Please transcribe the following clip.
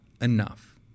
enough